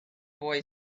boy